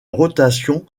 rotation